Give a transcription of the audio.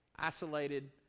isolated